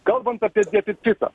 kalbant apie deficitą